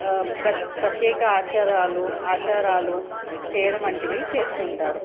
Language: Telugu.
ప్రత్యేక ఆచారాలు ఆచారాలు చేయడం వంటివి చేస్తుంటారు